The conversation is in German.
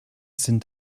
sind